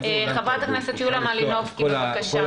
חברת הכנסת יוליה מלינובסקי, בבקשה.